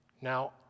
Now